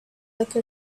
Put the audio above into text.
like